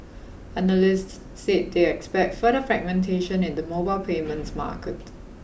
analysts said they expect further fragmentation in the mobile payments market